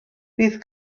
bydd